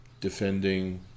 defending